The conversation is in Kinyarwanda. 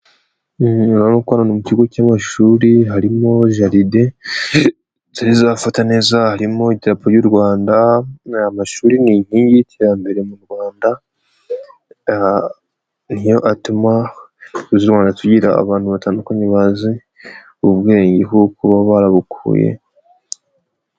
Mukorana mu kigo cy'amashuri harimo jaride nziza ifata neza harimo idarapo y'u Rwanda, amashuri ni inkingi y'iterambere mu Rwanda niyo atuma tugira abantu batandukanye bazi ubwenge nkuko baba barabukuye.